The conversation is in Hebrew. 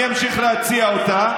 אני אמשיך להציע אותה.